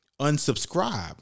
unsubscribe